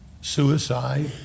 Suicide